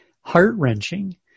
heart-wrenching